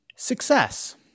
Success